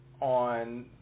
on